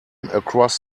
across